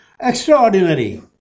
extraordinary